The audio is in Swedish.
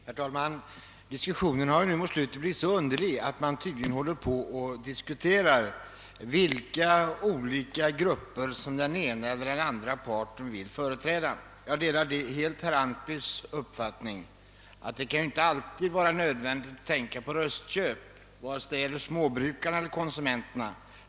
Herr talman! Diskussionen har nu mot slutet blivit något underlig; man håller tydligen på och diskuterar vilka grupper den ena eller den andra parten vill företräda. Jag delar helt herr Antbys uppfattning att det inte alltid är nödvändigt att tänka på röstköp vare sig de föreslagna åtgärderna gäller småbrukare eller konsumenter.